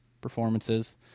performances